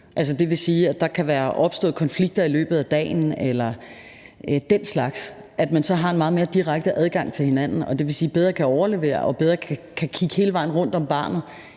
hvis der er opstået konflikter eller den slags i løbet af dagen – så har en meget mere direkte adgang til hinanden. Det vil sige, at man bedre kan overlevere og bedre kan kigge hele vejen rundt om barnet,